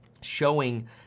showing